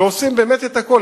ועושים באמת את הכול.